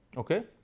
okay.